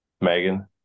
Megan